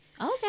okay